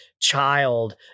child